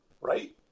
right